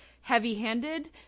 heavy-handed